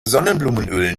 sonnenblumenöl